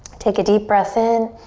take a deep breath in.